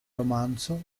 romanzo